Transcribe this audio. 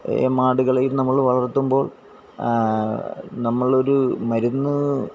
മാടുകളെയും നമ്മൾ വളർത്തുമ്പോൾ നമ്മളൊരു മരുന്ന്